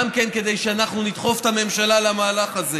גם כדי שאנחנו נדחוף את הממשלה למהלך הזה,